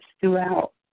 throughout